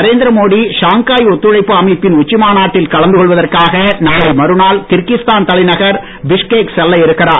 Narendra Modi Shanghai ஒத்துழைப்பு அமைப்பின் உச்சி மாநாட்டில் கலந்து கொள்வதற்காக நாளை மறுநாள் கிர்கிஸ்தான் தலைநகர் பிஷ்கேக் செல்ல இருக்கிறார்